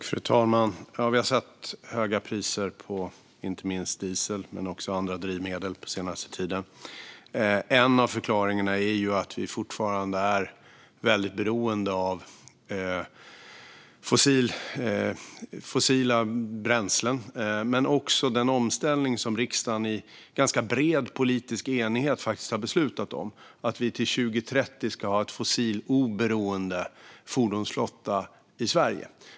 Fru talman! Vi har sett höga priser på inte minst diesel men också andra drivmedel den senaste tiden. En av förklaringarna är att vi fortfarande är väldigt beroende av fossila bränslen. Men det handlar också om den omställning som riksdagen i ganska bred politisk enighet har beslutat om att vi till 2030 ska ha en fossiloberoende fordonsflotta i Sverige.